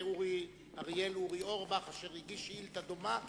הוא הגיש שאילתא דומה,